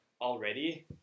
already